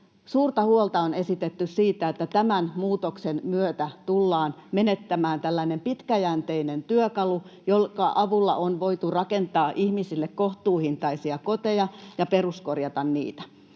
suurta huolta on esitetty siitä, että tämän muutoksen myötä tullaan menettämään tällainen pitkäjänteinen työkalu, jonka avulla on voitu rakentaa ihmisille kohtuuhintaisia koteja ja peruskorjata niitä.